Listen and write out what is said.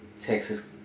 Texas